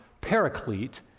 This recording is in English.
paraclete